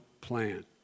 plan